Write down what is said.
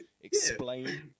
explain